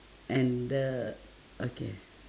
and the okay